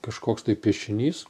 kažkoks tai piešinys